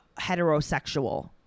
heterosexual